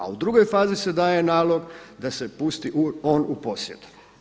A u drugoj fazi se daje nalog da se pusti on u posjed.